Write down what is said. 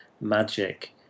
magic